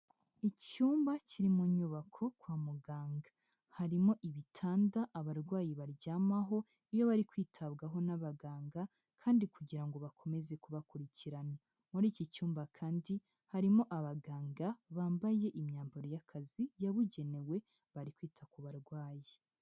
Icyumba kiri mu nyubako kwa muganga, harimo ibitanda abarwayi baryamaho iyo bari kwitabwaho n'abaganga kandi kugira ngo bakomeze kubakurikirana, muri iki cyumba kandi harimo abaganga bambaye imyambaro y'akazi yabugenewe bari kwita ku barwayi.